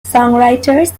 songwriters